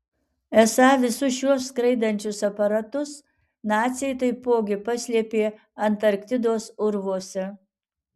esą visus šiuos skraidančius aparatus naciai taipogi paslėpė antarktidos urvuose